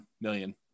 million